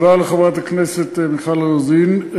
תודה לחברת הכנסת מיכל רוזין.